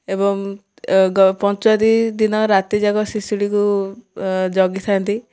ଏବଂ ପଞ୍ଚୁଆତି ଦିନ ରାତିଯାକ ଶିଶୁଡ଼ିକୁ ଜଗିଥାନ୍ତି